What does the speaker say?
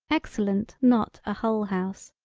excellent not a hull house,